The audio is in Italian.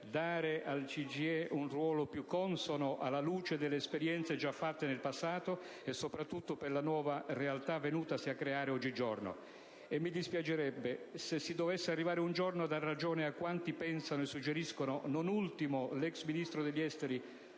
dare al CGIE un ruolo più consono alla luce delle esperienze del passato e soprattutto della nuova realtà odierna. Mi dispiacerebbe se si dovesse arrivare un giorno a dar ragione a quanti pensano e suggeriscono, non ultimo l'*ex* Ministro degli affari